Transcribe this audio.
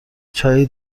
چایی